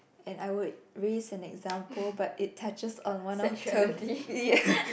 and I would raise an example but it touches on one of the ya